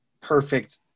perfect